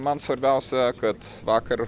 man svarbiausia kad vakar